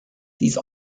these